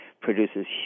produces